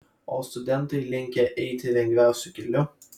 o studentai linkę eiti lengviausiu keliu